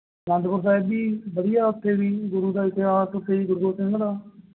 ਅਨੰਦਪੁਰ ਸਹਿਬ ਜੀ ਵਧੀਆ ਉੱਥੇ ਵੀ ਗੁਰੂ ਦਾ ਇਤਿਹਾਸ ਉੱਥੇ ਵੀ ਗੁਰੂ ਸਿੰਘ ਦਾ